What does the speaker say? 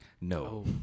No